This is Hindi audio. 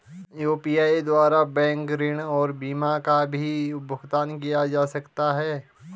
यु.पी.आई द्वारा बैंक ऋण और बीमा का भी भुगतान किया जा सकता है?